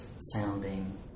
sounding